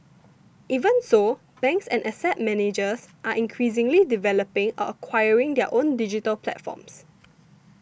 even so banks and asset managers are increasingly developing or acquiring their own digital platforms